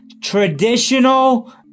traditional